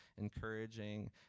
encouraging